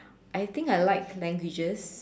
I think I like languages